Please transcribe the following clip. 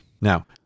Now